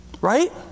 Right